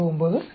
99 1